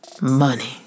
money